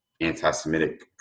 anti-Semitic